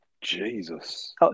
Jesus